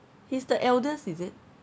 he's the eldest is it